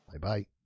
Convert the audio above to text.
bye-bye